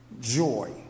joy